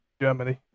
Germany